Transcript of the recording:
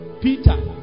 Peter